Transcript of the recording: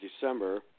December